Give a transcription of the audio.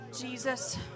Jesus